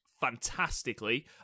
fantastically